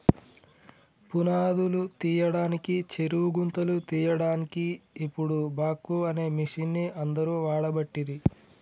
పునాదురు తీయడానికి చెరువు గుంతలు తీయడాన్కి ఇపుడు బాక్వో అనే మిషిన్ని అందరు వాడబట్టిరి